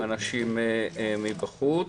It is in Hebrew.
אנשים מבחוץ.